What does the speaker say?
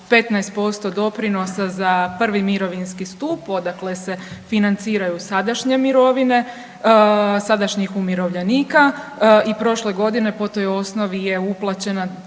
15% doprinosa za prvi mirovinski stup odakle se financiraju sadašnje mirovine sadašnjih umirovljenika i prošle godine po toj osnovi je uplaćena